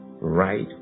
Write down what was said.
right